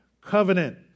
covenant